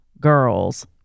girls